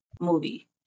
movie